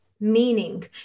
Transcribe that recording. meaning